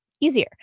easier